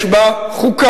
יש בה חוקה.